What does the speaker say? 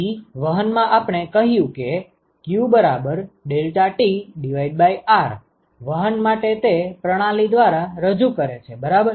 તેથી વહન માં આપણે કહ્યું કે q∆TR વહન માટે તે પ્રણાલી દ્વારા રજુ કરે છે બરાબર